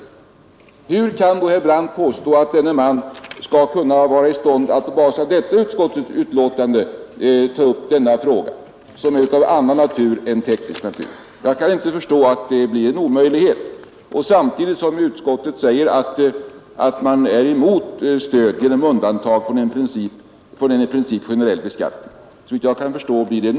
Det brister ju i logiken, Hur skall utredningsmannen vara i stånd att på basis av detta utskottsbetänkande ta upp denna fråga, som är av annan natur än teknisk? Jag kan inte förstå annat än att det blir en omöjlighet, inte minst som utskottet samtidigt säger att det är emot stöd genom undantag från en i princip generell beskattning.